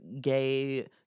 gay